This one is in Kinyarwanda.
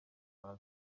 hasi